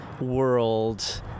world